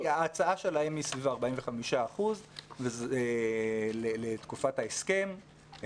ההצעה שלהם היא סביב 45% לתקופת ההסכם,